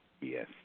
Yes